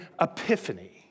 epiphany